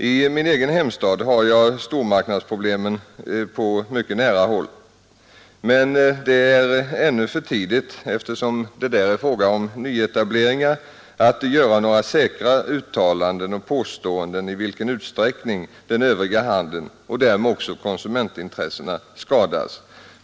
I min egen hemstad har jag stormarknadsproblemen på mycket nära håll men eftersom det där är fråga om nyetableringar är det ännu för tidigt att göra några säkra uttalanden och påståenden i vilken utsträckning den övriga handeln och därmed också konsumentintressena skadas.